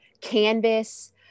canvas